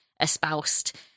espoused